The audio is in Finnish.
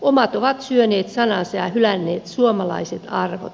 omat ovat syöneet sanansa ja hylänneet suomalaiset arvot